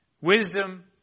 Wisdom